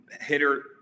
hitter